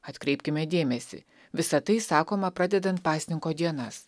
atkreipkime dėmesį visa tai sakoma pradedant pasninko dienas